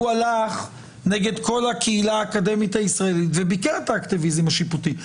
הוא הלך נגד כל הקהילה האקדמית הישראלית וביקר את האקטיביזם השיפוטי.